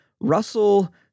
Russell